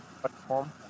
platform